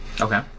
Okay